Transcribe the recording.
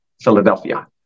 Philadelphia